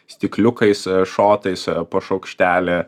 stikliukais šotais po šaukštelį